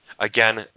Again